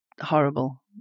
horrible